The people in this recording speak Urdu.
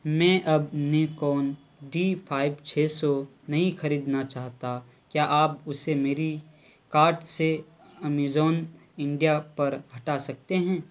میں اب نیکون ڈی فائیو چھ سو نہیں خریدنا چاہتا کیا آپ اسے میری کارٹ سے امیزون انڈیا پر ہٹا سکتے ہیں